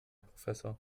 professor